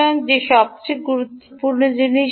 সুতরাং যে সবচেয়ে গুরুত্বপূর্ণ জিনিস